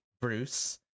Bruce